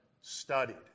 studied